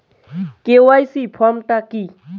KYC form টা কি?